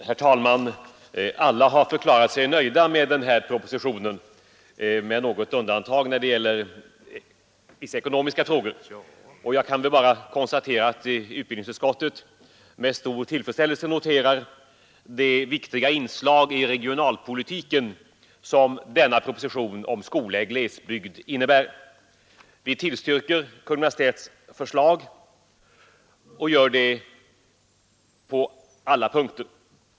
Herr talman! Alla har förklarat sig nöjda med den här propositionen Organisation i med något undantag när det gäller vissa ekonomiska frågor. Jag kan bara 8lesbygd m.m. konstatera att utbildningsutskottet med stor tillfredsställelse noterat det viktiga inslag i regionalpolitiken som denna proposition om skola i glesbygd innebär. Vi tillstyrker Kungl. Maj:ts förslag på alla punkter.